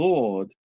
Lord